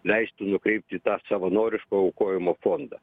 leistų nukreipti į tą savanoriško aukojimo fondą